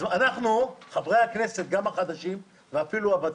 אנחנו, חברי הכנסת, גם החדשים ואפילו הוותיקים,